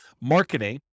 marketing